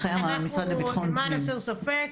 למען הסר ספק,